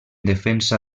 defensa